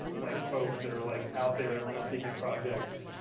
like folks that are like out there on the secret projects.